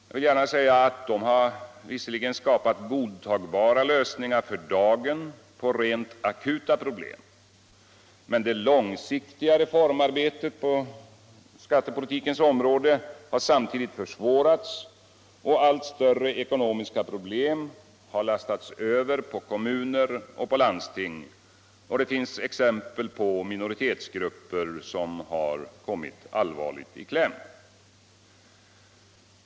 Jag vill gärna säga att de visserligen har skapat godtagbara lösningar för dagen på rent akuta problem, men det långsiktiga reformarbetet på skattepolitikens område har samtidigt försvårats, och allt större ekonomiska problem har lastats över på kommuner och landsting. Det finns också exempel på minoritetsgrupper som har kommit allvarligt i kläm.